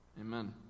Amen